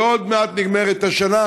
ועוד מעט נגמרת השנה,